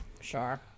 sure